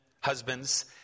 husbands